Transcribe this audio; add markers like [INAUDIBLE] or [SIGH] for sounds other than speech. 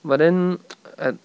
but then [NOISE] I